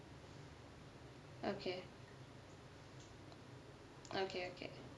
okay okay okay